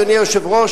אדוני היושב-ראש,